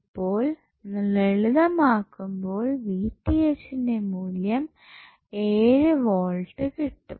അപ്പോൾ ലളിതമാക്കുമ്പോൾ ന്റെ മൂല്യം 7 വോൾട്ട് കിട്ടും